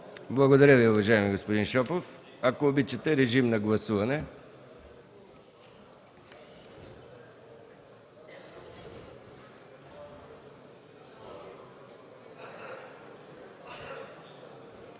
Благодаря Ви, уважаеми господин Шопов. Ако обичате, режим на гласуване.